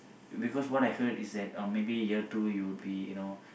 because what I heard is that um maybe year two you would be you know